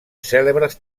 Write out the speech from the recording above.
cèlebres